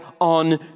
on